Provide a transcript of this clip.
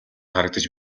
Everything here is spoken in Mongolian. харагдаж